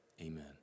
Amen